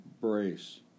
brace